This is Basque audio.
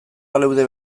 baleude